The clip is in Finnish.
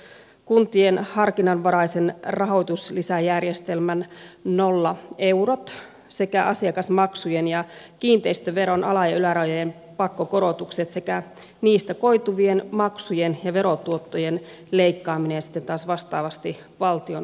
valtionosuusleikkaukset kuntien harkinnanvaraisen rahoituslisäjärjestelmän nollaeurot asiakasmaksujen ja kiinteistöveron ala ja ylärajojen pakkokorotukset sekä niistä koituvien maksujen ja verotuottojen leikkaaminen ja sitten taas vastaavasti leikkaukset valtionosuuksista